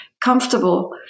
comfortable